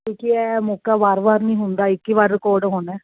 ਕਿਉਂਕੀ ਐ ਮੌਕਾ ਵਾਰ ਵਾਰ ਨਹੀਂ ਹੁੰਦਾ ਇਕ ਏ ਵਾਰ ਰਿਕਾਰਡ ਹੋਣਾ